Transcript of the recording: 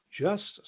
justice